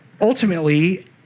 Ultimately